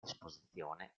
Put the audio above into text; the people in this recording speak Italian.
disposizione